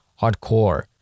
hardcore